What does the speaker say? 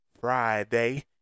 friday